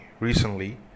recently